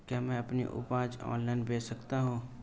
क्या मैं अपनी उपज ऑनलाइन बेच सकता हूँ?